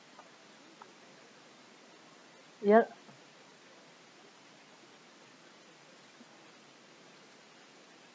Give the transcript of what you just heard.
ya lah